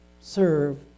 serve